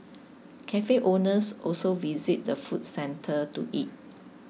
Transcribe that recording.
cafe owners also visit the food centre to eat